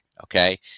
Okay